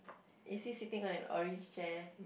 is he sitting on an orange chair